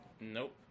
Nope